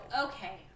okay